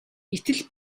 гэтэл